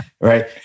right